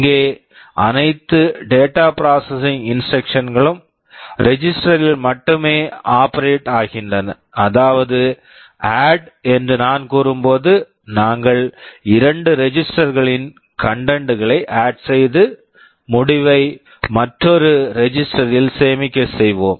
இங்கே அனைத்து data processing data processing instructions Instructions களும் ரெஜிஸ்டர்ஸ் registers ல் மட்டுமே ஆப்பரேட் operate ஆகின்றன அதாவது ஆட் add என்று நான் கூறும்போது நாங்கள் இரண்டு ரெஜிஸ்டர்ஸ் registers களின் கன்டென்ட் content களை ஆட் add செய்து முடிவை மற்றொரு ரெஜிஸ்டர் register ல் சேமிக்கச் செய்வோம்